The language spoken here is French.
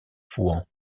fouan